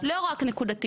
לא רק נקודתית,